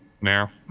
now